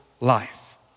life